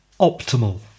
Optimal